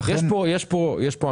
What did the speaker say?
נאמרה פה אמירה